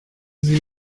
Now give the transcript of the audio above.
sie